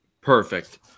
perfect